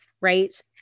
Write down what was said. right